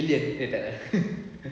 alien eh tak